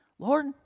Lord